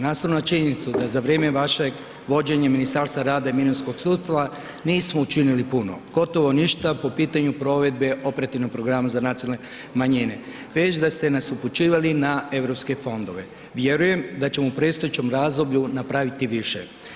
Nastavno na činjenicu da za vrijeme vašeg vođenja Ministarstva rada i mirovinskog sustava nismo učinili puno, gotovo ništa po pitanju provedbe operativnog programa za nacionalne manjine, već da ste nas upućivali na europske fondove, vjerujem da ćemo u predstojećem razdoblju napraviti više.